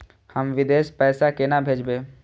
हम विदेश पैसा केना भेजबे?